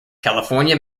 california